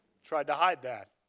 tried to hide that.